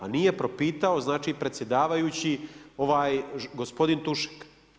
A nije propitao znači predsjedavajući ovaj gospodin Tušek.